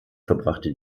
verbrachte